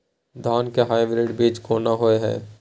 धान के हाइब्रिड बीज कोन होय है?